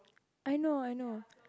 I know I know